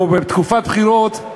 בתקופת בחירות,